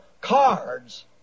cards